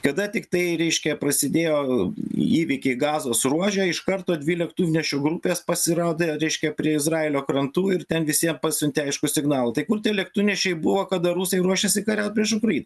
kada tik tai reiškia prasidėjo įvykiai gazos ruože iš karto dvi lėktuvnešių grupės pasirodė reiškia prie izraelio krantų ir ten visi jie pasiuntė aiškų signalą tai kur tie lėktuvnešiai buvo kada rusai ruošėsi kariaut prieš ukrainą